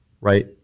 right